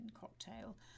cocktail